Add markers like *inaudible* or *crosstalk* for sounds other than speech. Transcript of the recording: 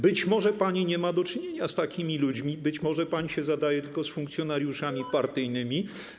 Być może pani nie ma do czynienia z takimi ludźmi, być może pani się zadaje tylko z funkcjonariuszami *noise* partyjnymi.